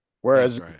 whereas